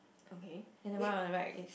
okay then the one on the right is